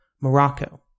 Morocco